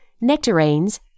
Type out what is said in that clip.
Nectarines